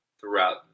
throughout